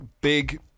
big